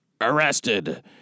arrested